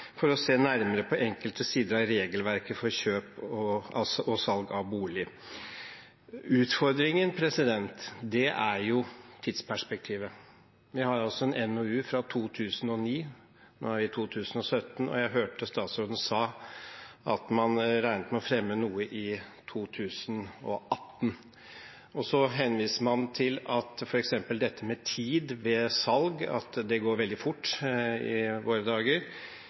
for å se nærmere på enkelte sider ved regelverket for kjøp og salg av bolig. Utfordringen er tidsperspektivet. Vi har en NOU fra 2009. Nå er vi i 2017, og jeg hørte statsråden sa at man regnet med å fremme noe i 2018. Så henviser man til dette med tid ved salg, at det går veldig fort i våre dager,